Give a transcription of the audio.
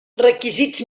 requisits